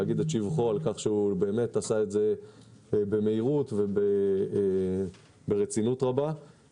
להגיד את שבחו על-כך שהוא עשה את זה במהירות וברצינות רבה.